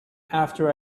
after